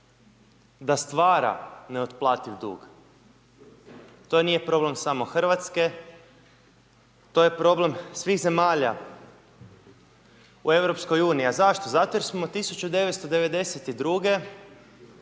da stvara neotplativ dug. To nije problem samo RH, to je problem svih zemalja u EU. A zašto? Zato jer smo 1992.-ge